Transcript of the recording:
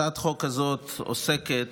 הצעת החוק הזאת עוסקת